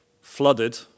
flooded